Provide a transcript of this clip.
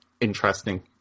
interesting